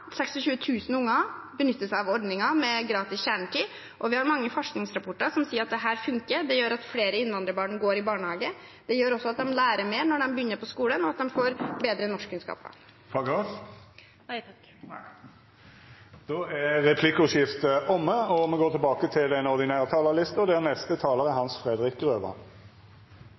av ordningen med gratis kjernetid, og vi har mange forskningsrapporter som sier at dette funker. Det gjør at flere innvandrerbarn går i barnehage. Det gjør også at de lærer mer når de begynner på skolen, og at de får bedre norskkunnskaper. Replikkordskiftet er omme. Kristelig Folkeparti vil bygge samfunnet på det verdigrunnlaget som er nedfelt i vår kristne og